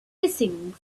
hissing